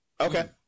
Okay